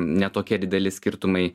ne tokie dideli skirtumai